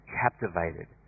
captivated